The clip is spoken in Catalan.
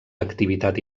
activitat